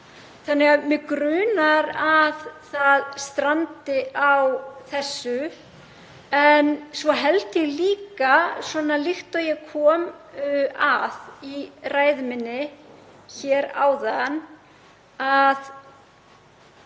Þannig að mig grunar að það strandi á þessu. En svo held ég líka, líkt og ég kom að í ræðu minni áðan, að